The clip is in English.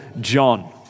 John